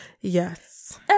Yes